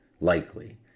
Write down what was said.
likely